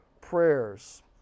prayers